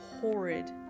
horrid